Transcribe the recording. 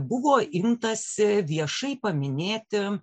buvo imtasi viešai paminėti